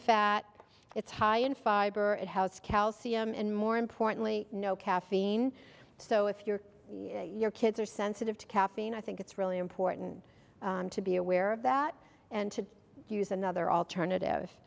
fat it's high in fiber it house calcium and more importantly no caffeine so if your your kids are sensitive to caffeine i think it's really important to be aware of that and to use another alternative